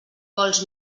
vols